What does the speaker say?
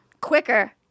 Quicker